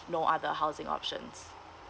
no other housing options